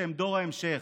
שהם דור ההמשך.